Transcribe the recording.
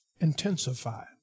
intensify